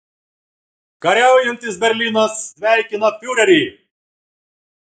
kariaujantis berlynas sveikina fiurerį